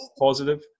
positive